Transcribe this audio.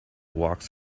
walks